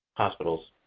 hospitals.